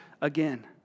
again